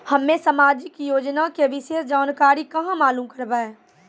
हम्मे समाजिक योजना के विशेष जानकारी कहाँ मालूम करबै?